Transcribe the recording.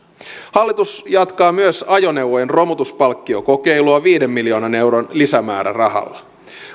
hallitus jatkaa myös ajoneuvojen romutuspalkkiokokeilua viiden miljoonan euron lisämäärärahalla